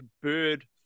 bird